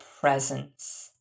presence